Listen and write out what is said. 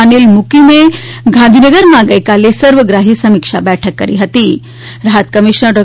અનિલ મુકીમે ગાંધીનગરમાં સર્વગ્રાહી સમીક્ષા બેઠક કરી હતી રાહત કમિશ્નર ડૉ